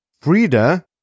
Frida